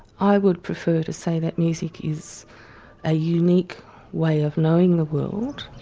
i would prefer to say that music is a unique way of knowing the world,